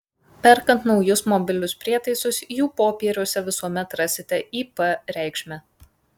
perkant naujus mobilius prietaisus jų popieriuose visuomet rasite ip reikšmę